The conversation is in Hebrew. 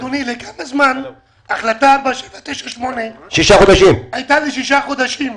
לכמה זמן החלטה 4798 --- הייתה לשישה חודשים.